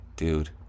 dude